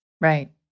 Right